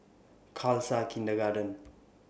Khalsa Kindergarten